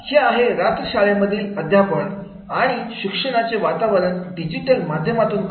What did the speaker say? आता हे आहे रात्र शाळे मधील अध्यापन आणि शिक्षणाचे वितरण डिजिटल माध्यमातून करणे